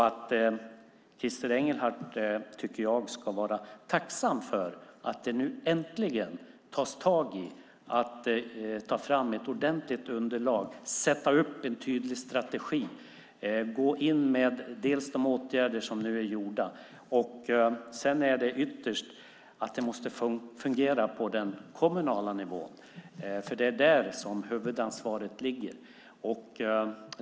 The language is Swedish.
Christer Engelhardt ska vara tacksam för att det nu äntligen tas tag i att ta fram ett ordentligt underlag, sätta upp en tydlig strategi och gå in med de åtgärder som nu är vidtagna. Sedan måste det fungera på den kommunala nivån, för det är där huvudansvaret ligger.